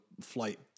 flight